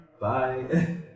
Bye